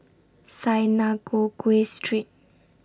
Synagogue Street